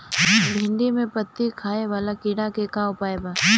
भिन्डी में पत्ति खाये वाले किड़ा के का उपाय बा?